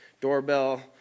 doorbell